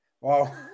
Wow